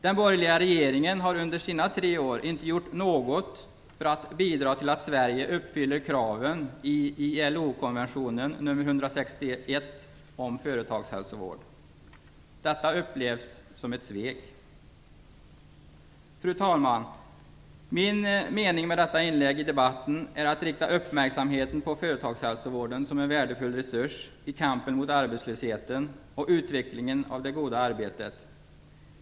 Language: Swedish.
Den borgerliga regeringen har under sina tre år inte gjort något för att bidra till att Sverige uppfyller kraven i ILO-konventionen nr 161 om företagshälsovård. Detta upplevs som ett svek. Fru talman! Min mening med detta inlägg i debatten är att rikta uppmärksamheten på företagshälsovården. Den är en värdefull resurs i kampen mot arbetslösheten och i utvecklingen av det goda arbetet.